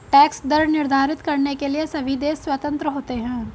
tax दर निर्धारित करने के लिए सभी देश स्वतंत्र होते है